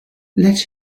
let